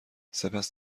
سپس